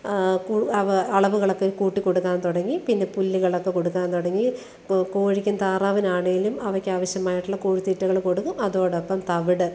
കു അവ അളവ്കളക്കെ കൂട്ടിക്കൊടുക്കാൻ തുടങ്ങി പിന്നെ പുല്ല്കളൊക്കെ കൊടുക്കാന് തുടങ്ങി കോഴിക്കും താറാവിനാണേലും അവയ്ക്കാവിശ്യമായിട്ടുള്ള കോഴിത്തീറ്റകൾ കൊടുക്കും അതോടൊപ്പം തവിട്